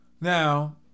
Now